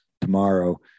tomorrow